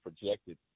projected